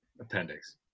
appendix